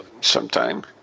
sometime